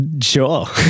sure